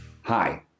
Hi